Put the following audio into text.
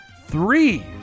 three